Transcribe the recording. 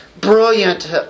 brilliant